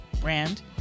brand